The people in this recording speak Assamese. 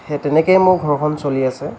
সেই তেনেকৈয়ে মোৰ ঘৰখন চলি আছে